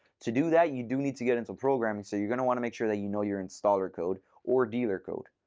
to do that, you do need to get into programming. so you're going to want to make sure that you know your installer code or dealer code.